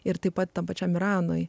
ir taip pat tam pačiam iranui